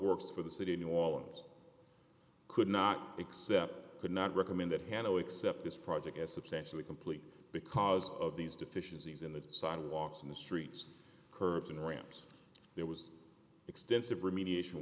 works for the city of new orleans could not accept could not recommend that hanno accept this project as substantially complete because of these deficiencies in the sidewalks in the streets curves and ramps there was extensive remediation